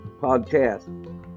podcast